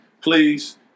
Please